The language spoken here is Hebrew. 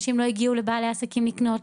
אנשים לא הגיעו לבעלי עסקים לקנות,